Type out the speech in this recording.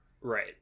Right